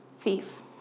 thief